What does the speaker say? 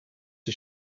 you